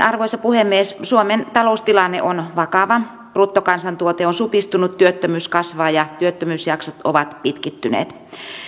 arvoisa puhemies suomen taloustilanne on vakava bruttokansantuote on supistunut työttömyys kasvaa ja työttömyysjaksot ovat pitkittyneet